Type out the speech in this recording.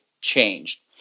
changed